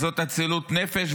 זאת אצילות נפש.